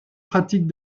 pratiques